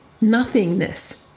Nothingness